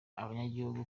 abanyagihugu